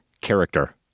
character